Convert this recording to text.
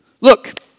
Look